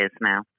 now